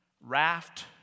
raft